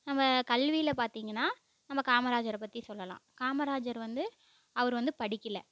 நம்ம கல்வியில் பார்த்திங்கன்னா நம்ம காமராஜரை பற்றி சொல்லலாம் காமராஜர் வந்து அவர் வந்து படிக்கல